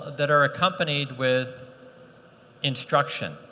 that are accompanied with instruction